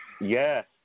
Yes